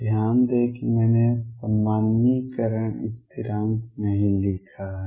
ध्यान दें कि मैंने सामान्यीकरण स्थिरांक नहीं लिखा है